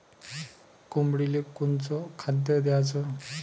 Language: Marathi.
कोंबडीले कोनच खाद्य द्याच?